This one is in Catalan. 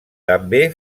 també